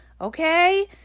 Okay